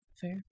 Fair